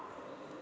जा